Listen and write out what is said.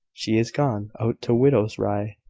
she is gone out to widow rye's,